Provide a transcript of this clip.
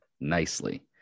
nicely